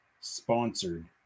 sponsored